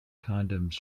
condoms